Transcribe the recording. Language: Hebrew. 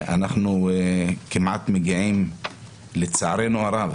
אנחנו כמעט מגיעים, לצערנו הרב,